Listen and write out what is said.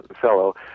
fellow